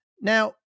Now